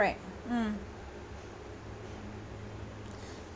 ~rect mm